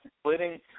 splitting